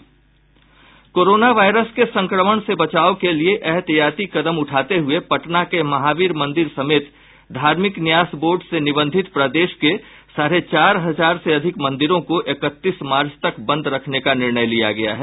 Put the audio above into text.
corona virus के संक्रमण से बचाव के लिये एहतियाती कदम उठाते हुये पटना के महावीर मंदिर समेत धार्मिक न्यास बोर्ड से निबंधित प्रदेश के साढ़े चार हजार से अधिक मंदिरों को इकतीस मार्च तक बंद रखने का निर्णय लिया गया है